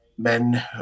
Men